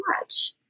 watch